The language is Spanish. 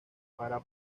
para